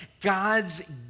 God's